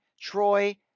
Troy